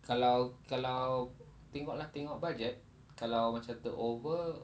kalau kalau tengok lah tengok budget kalau macam terover